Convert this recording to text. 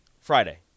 Friday